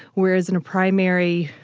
whereas in a primary,